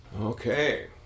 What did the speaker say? Okay